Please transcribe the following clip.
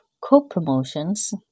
co-promotions